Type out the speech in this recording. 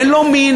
אין לו מין,